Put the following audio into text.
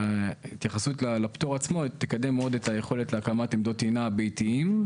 וההתייחסות לפטור עצמו תקדם מאוד את היכולת להקמת עמדות טעינה ביתיים,